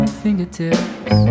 fingertips